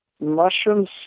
mushrooms